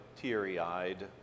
teary-eyed